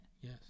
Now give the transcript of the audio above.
Yes